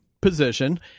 position